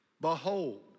behold